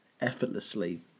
effortlessly